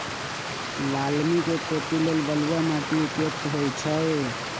लालमि के खेती लेल बलुआ माटि उपयुक्त होइ छइ